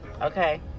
okay